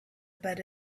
about